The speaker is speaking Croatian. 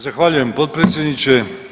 Zahvaljujem potpredsjedniče.